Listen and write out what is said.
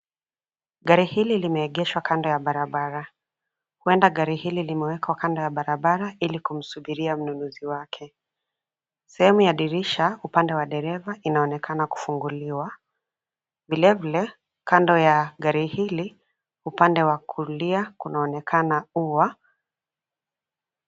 Gari hili limeegeshwa kando ya barabara, huenda gari hili limewekwa kando ya barabara ili kusubiria mnununzi wake, sehemu ya dirisha upande wa dereva inaonekana kufunguliwa, vilevile, kando ya gari hili, upande wa kulia kunaonekana ua.